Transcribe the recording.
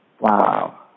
Wow